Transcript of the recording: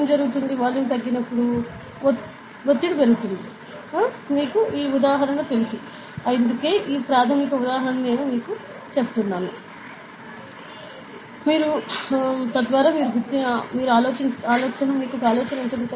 ఏమి జరుగుతుందో వాల్యూమ్ తగ్గినప్పుడు ఒత్తిడి పెరుగుతుంది మీకు ఈ ఉదాహరణ తెలుసు అందుకే ఈ ప్రాథమిక ఉదాహరణను నేను మీకు చెప్తున్నాను తద్వారా మీకు ఆలోచన ఉంటుంది